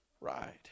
Right